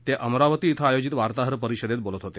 ते अमरावती इथं आयोजित वार्ताहर परिषदेत बोलत होते